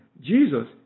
Jesus